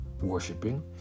worshipping